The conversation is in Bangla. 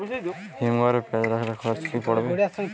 হিম ঘরে পেঁয়াজ রাখলে খরচ কি পড়বে?